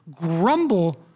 grumble